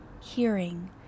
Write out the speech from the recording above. hearing